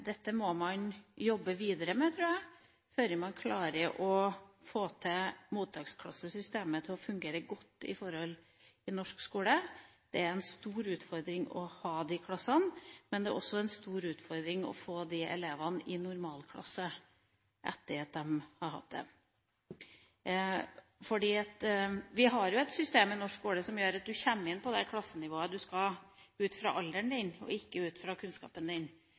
må man jobbe videre med, tror jeg, før man klarer å få mottaksklassesystemet til å fungere godt i norsk skole. Det er en stor utfordring å ha de klassene, men det er også en stor utfordring å få de elevene i en normalklasse etterpå. Vi har et system i norsk skole som gjør at du kommer inn på det klassenivået du skal ut fra alderen din og ikke ut fra kunnskapen din.